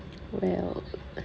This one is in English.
well